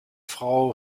frau